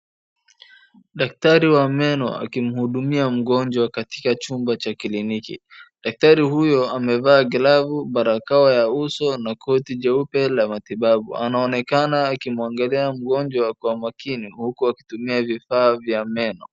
Daktari wa meno akimhudumia mgonjwa katika chumba cha kliniki. Daktari huyo amevaa glavu, barakoa ya uso na koti jeupe la matibabu. Anaonekana akimwangalia mgonjwa kwa makini huku akitumia vifaa vya meno.